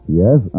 yes